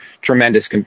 tremendous